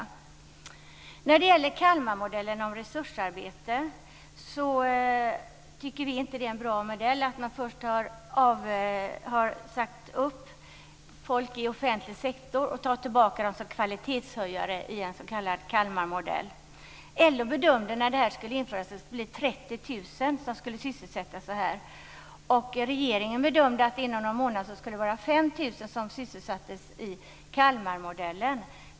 Vi tycker inte att Kalmarmodellen och resursarbete är en bra modell. Först säger man upp folk i offentlig sektor och sedan tar man tillbaka dem som kvalitetshöjare i en s.k. Kalmarmodell. LO bedömde när det här skulle införas att 30 000 skulle sysselsättas på det här sättet. Regeringen bedömde att inom någon månad skulle 5 000 vara sysselsatta i Kalmarmodellen.